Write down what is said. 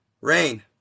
Rain